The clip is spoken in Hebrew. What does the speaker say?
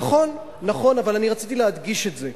נכון, נכון, אבל אני רציתי להדגיש את זה.